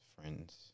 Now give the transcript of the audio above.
friends